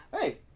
hey